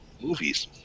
movies